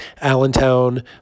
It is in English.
Allentown